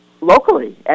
locally